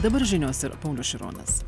dabar žinios ir paulius šironas